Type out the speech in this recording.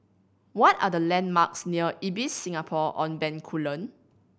what are the landmarks near Ibis Singapore On Bencoolen